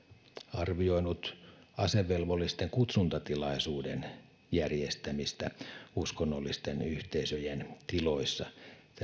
arvioinut asevelvollisten kutsuntatilaisuuden järjestämistä uskonnollisten yhteisöjen tiloissa